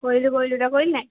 কৰিলোঁ কৰিলোঁ তই কৰিলিনে নাই